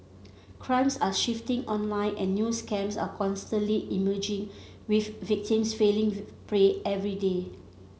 crimes are shifting online and new scams are constantly emerging with victims falling prey every day